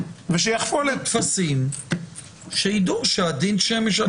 שיכפו עליהם טפסים, שידעו שהדין שהם משלמים...